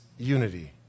unity